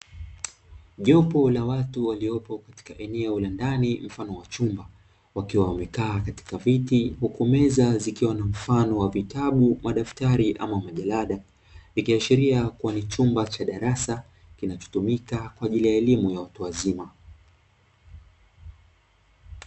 Jopo la watu waliopo katika eneo la ndani mfano wa chumba, wakiwa wamekaa katika viti huku meza zikiwa na mfano wa vitabu, madaftari ama majalada, ikiashiria kuwa ni chumba cha darasa kinachotumika kwa ajili ya elimu ya watu wazima.